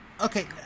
okay